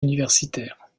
universitaires